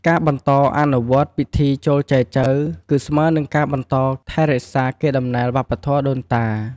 ការបន្តអនុវត្តពិធីចូលចែចូវ គឺស្មើនឹងការបន្តថែរក្សាកេរដំណែលវប្បធម៌ដូនតា។